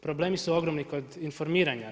Problemi su ogromni kod informiranja.